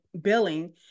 billing